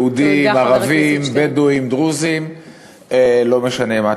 יהודים, ערבים, בדואים, דרוזים, לא משנה מה.